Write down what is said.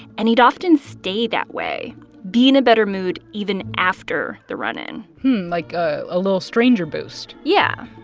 and he'd often stay that way be in a better mood even after the run-in like a little stranger boost yeah.